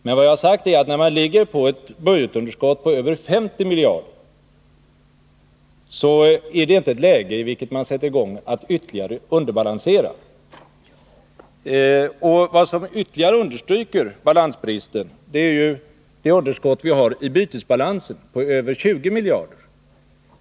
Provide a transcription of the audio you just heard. Men vad jag har sagt är att när man ligger på ett budgetunderskott på över 50 miljarder, så är detta inte ett läge i vilket man sätter i gång att ytterligare underbalansera budgeten. Vad som dessutom understryker balansbristen är ju det underskott på över 20 miljarder som vi har i bytesbalansen.